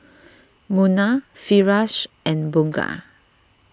Munah Firash and Bunga